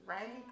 Right